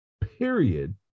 period